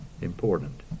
important